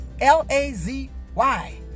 L-A-Z-Y